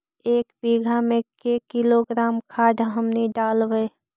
एक बीघा मे के किलोग्राम खाद हमनि डालबाय?